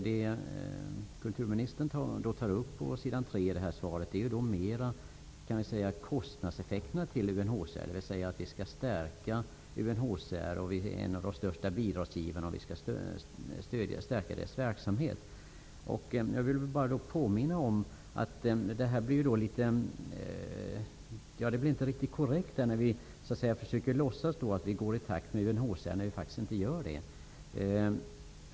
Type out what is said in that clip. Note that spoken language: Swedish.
Det kulturministern tar upp i sitt svar är mer kostnadseffekterna när det gäller UNHCR, dvs. att vi skall stärka UNHCR:s verksamhet och vara en av de största bidragsgivarna. Det blir inte riktigt korrekt, när vi försöker låtsas att vi går i takt med UNHCR, vilket vi faktiskt inte gör.